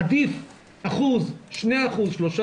עדיף 1%, 2%, 3%,